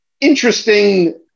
interesting